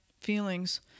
feelings